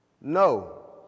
no